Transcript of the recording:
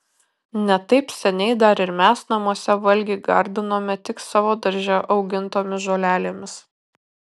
ne taip seniai dar ir mes namuose valgį gardinome tik savo darže augintomis žolelėmis